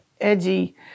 edgy